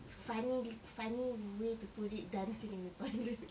f~ funny li~ funny way to put it dancing in the toilet